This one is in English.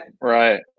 right